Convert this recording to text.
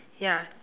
ya